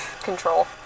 control